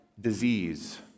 disease